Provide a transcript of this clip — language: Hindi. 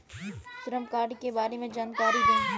श्रम कार्ड के बारे में जानकारी दें?